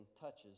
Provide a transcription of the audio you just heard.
touches